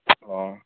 hello